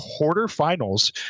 quarterfinals